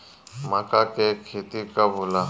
माका के खेती कब होला?